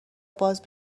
باز